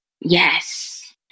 yes